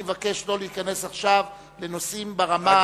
אני מבקש לא להיכנס עכשיו לנושאים ברמה,